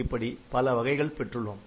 இப்படி பல வகைகள் பெற்றுள்ளோம்